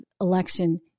election